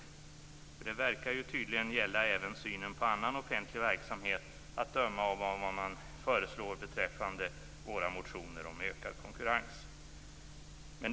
Att döma av vad man föreslår beträffande våra motioner om ökad konkurrens verkar det tydligen även gälla synen på annan offentlig verksamhet.